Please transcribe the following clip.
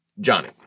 Johnny